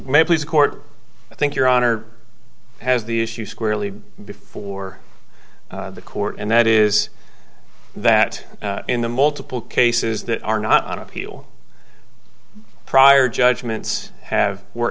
please the court i think your honor has the issue squarely before the court and that is that in the multiple cases that are not on appeal prior judgments have were